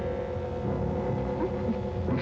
who